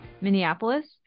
Minneapolis